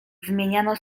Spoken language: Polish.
zmieniano